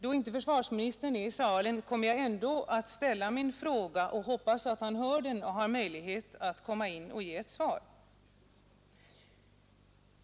Då försvarsministern inte är i salen, kommer jag ändå att ställa min fråga och hoppas att han hör den och har möjlighet att komma in och ge ett svar.